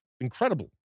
incredible